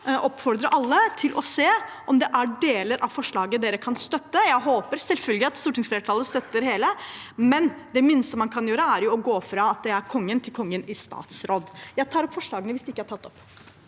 vil oppfordre alle til å se om det er deler av forslaget de kan støtte. Jeg håper selvfølgelig at stortingsflertallet støtter hele, men det minste man kan gjøre, er å gå fra at det står «Kongen», til at det står «Kongen i statsråd». Jeg tar opp forslaget. Presidenten